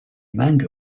mango